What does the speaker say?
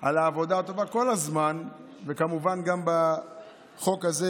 על העבודה הטובה כל הזמן וכמובן גם בחוק הזה,